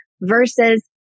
versus